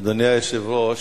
אדוני היושב-ראש,